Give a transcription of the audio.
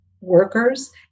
workers